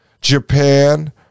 Japan